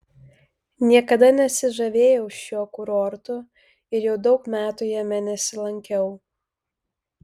niekada nesižavėjau šiuo kurortu ir jau daug metų jame nesilankiau